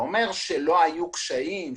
אני לא אומר שלא היו קשיים,